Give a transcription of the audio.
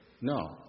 No